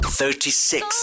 thirty-six